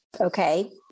okay